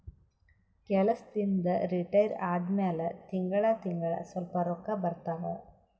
ಕೆಲ್ಸದಿಂದ್ retire ಆದಮ್ಯಾಲ ತಿಂಗಳಾ ತಿಂಗಳಾ ಸ್ವಲ್ಪ ರೊಕ್ಕಾ ಬರ್ತಾವ